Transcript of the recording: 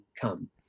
come